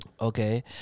Okay